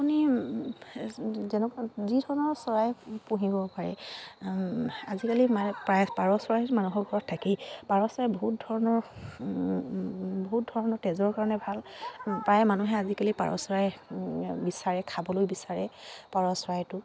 আপুনি যেনেকুৱা যি ধৰণৰ চৰাই পুহিব পাৰে আজিকালি প্ৰায় পাৰ চৰাইত মানুহৰ ঘৰত থাকি পাৰ চৰাই বহুত ধৰণৰ বহুত ধৰণৰ তেজৰ কাৰণে ভাল প্ৰায় মানুহে আজিকালি পাৰ চৰাই বিচাৰে খাবলৈ বিচাৰে পাৰ চৰাইটো